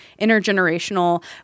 intergenerational